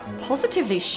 Positively